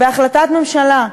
בהחלטת ממשלה.